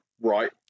right